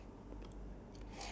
five years ago